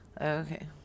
Okay